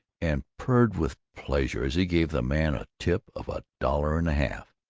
and purred with pleasure as he gave the man a tip of a dollar and a half.